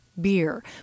beer